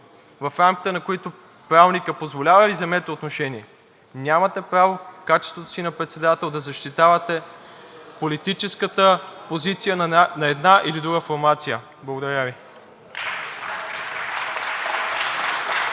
в рамките на което Правилникът позволява, и вземете отношение. Нямате право в качеството си на председател да защитавате политическата позиция на една или друга формация. Благодаря Ви.